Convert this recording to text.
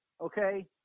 okay